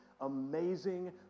amazing